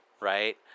right